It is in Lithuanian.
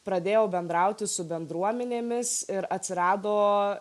pradėjau bendrauti su bendruomenėmis ir atsirado